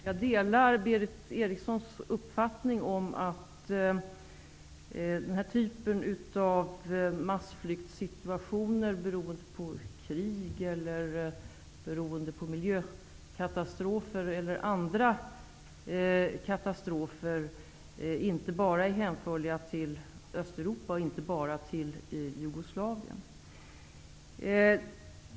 Fru talman! Jag delar Berith Erikssons uppfattning om att den här typen av massflyktssituationer beroende på krig, miljökatastrofer eller andra katastrofer inte bara är hänförliga till Östeuropa, och då inte bara till Jugoslavien.